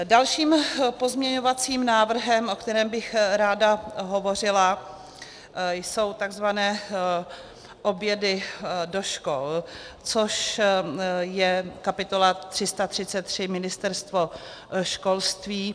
Dalším pozměňovacím návrhem, o kterém bych ráda hovořila, jsou tzv. obědy do škol, což je kapitola 333 Ministerstvo školství.